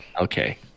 Okay